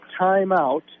timeout